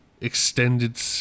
extended